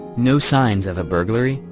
no signs of a burglary,